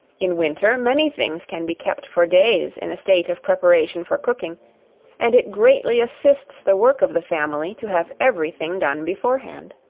in winter, many things can be kept for days in a state of preparation for cooking and it greatly assists the work of the family, to have every thing done beforehand.